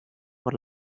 por